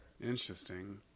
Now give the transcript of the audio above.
Interesting